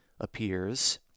appears